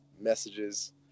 messages